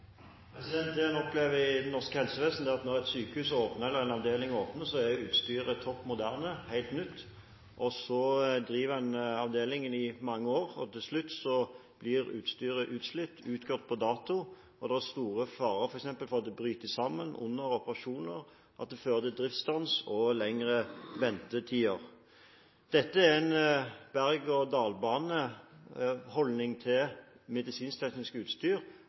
oppfølgingsspørsmål. Det en opplever i det norske helsevesen, er at når et sykehus eller en avdeling åpner, er utstyret topp moderne, helt nytt. Så driver en avdelingen i mange år, og til slutt blir utstyret utslitt, utgått på dato, og det er stor fare for f.eks. at det bryter sammen under operasjoner, at det fører til driftsstans og lengre ventetider. Dette er en berg-og-dalbane-holdning til medisinskteknisk utstyr